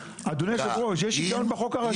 אדוני יושב הראש, יש היגיון בחוק הראשי.